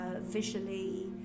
visually